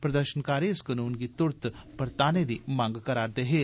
प्रदर्शनकारी इस कनून गी तुरत परताने दी मंग करा'रदे हे